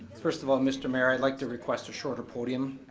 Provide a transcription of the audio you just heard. first of all mister mayor, i'd like to request a shorter podium,